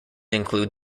include